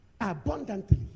abundantly